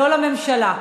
לא לממשלה.